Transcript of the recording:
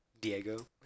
Diego